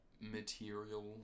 material